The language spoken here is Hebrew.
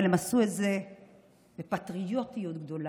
אבל הם עשו את זה בפטריוטיות גדולה,